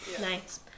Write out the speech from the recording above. Nice